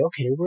okay